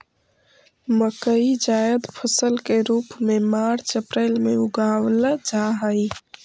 मकई जायद फसल के रूप में मार्च अप्रैल में उगावाल जा हई